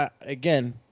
again